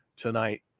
tonight